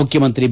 ಮುಖ್ಯಮಂತ್ರಿ ಬಿ